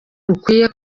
rukwiye